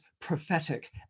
prophetic